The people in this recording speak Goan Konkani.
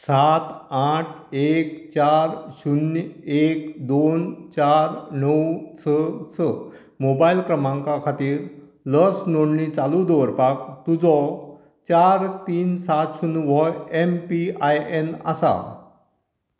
सात आठ एक चार शुन्य एक दोन चार णव स स मोबायल क्रमांका खातीर लस नोंदणी चालू दवरपाक तुजो चार तीन सात शुन् व्हो एम पी आय एन आसा